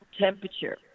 temperature